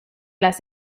las